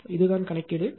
இதுதான் பிரச்சனை